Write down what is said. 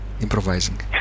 improvising